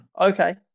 Okay